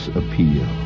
appeal